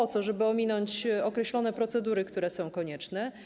Chodzi o to, żeby ominąć określone procedury, które są konieczne.